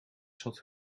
zat